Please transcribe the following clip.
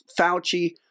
Fauci